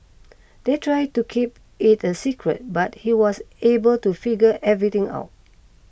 they tried to keep it a secret but he was able to figure everything out